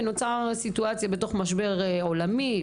ונוצרה סיטואציה בתוך משבר עולמי,